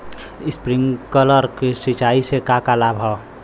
Sprinkler सिंचाई से का का लाभ ह?